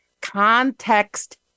Context